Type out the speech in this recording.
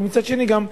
ומצד שני גם,